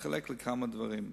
התחלקו לי לכמה דברים.